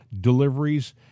deliveries